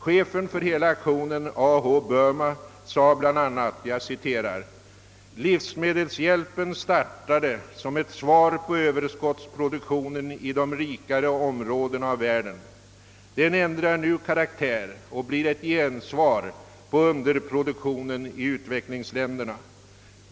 Chefen för hela aktionen, A. H. Boerma, sade bl. a: Livsmedelshjälpen startade som ett svar på Ööverskottsproduktionen i de rikare områdena av världen. Den ändrar nu karaktär och blir ett gensvar på underproduktionen i = utvecklingsländerna.